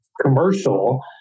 commercial